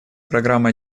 программа